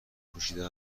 پوشیده